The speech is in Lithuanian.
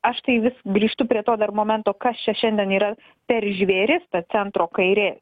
aš tai vis grįžtu prie to dar momento kas čia šiandien yra per žvėris ta centro kairė